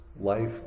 life